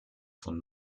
von